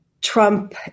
Trump